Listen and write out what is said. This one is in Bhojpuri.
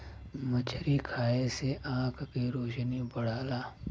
मछरी खाये से आँख के रोशनी बढ़ला